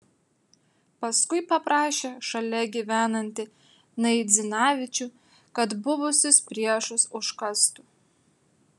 paskui paprašė šalia gyvenantį naidzinavičių kad buvusius priešus užkastų